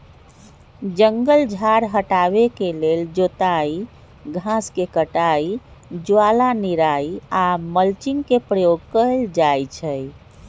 जङगल झार हटाबे के लेल जोताई, घास के कटाई, ज्वाला निराई आऽ मल्चिंग के प्रयोग कएल जाइ छइ